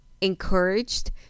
encouraged